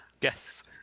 Yes